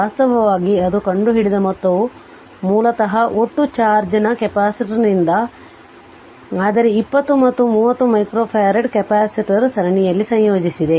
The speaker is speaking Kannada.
ವಾಸ್ತವವಾಗಿ ಅದು ಕಂಡುಹಿಡಿದ ಮೊತ್ತವು ಮೂಲತಃ ಒಟ್ಟು ಚಾರ್ಜ್ನ ಸಮಾನ ಕೆಪಾಸಿಟರ್ನಿಂದ ಆದರೆ 20 ಮತ್ತು 30 ಮೈಕ್ರೊಫರಾಡ್ ಕೆಪಾಸಿಟರ್ ಸರಣಿಯಲ್ಲಿ ಸಂಯೋಜಿಸಿದೆ